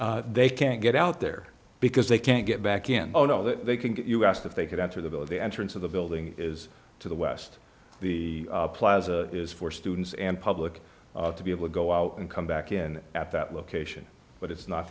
attention they can't get out there because they can't get back in oh no they can get you asked if they could enter the village the entrance of the building is to the west the plaza is for students and public to be able to go out and come back in at that location but it's not